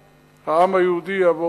העם היהודי יעבור גם את זה.